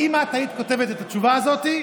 אם את היית כותבת את התשובה הזאת,